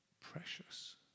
Precious